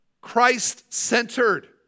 Christ-centered